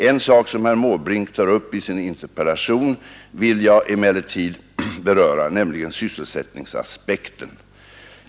En sak som herr Måbrink tar upp i sin interpellation vill jag emellertid beröra, nämligen sysselsättningsaspekten.